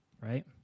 right